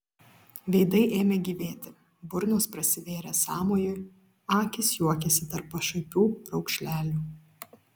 veidai ėmė gyvėti burnos prasivėrė sąmojui akys juokėsi tarp pašaipių raukšlelių